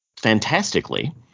fantastically